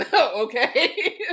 okay